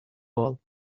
wall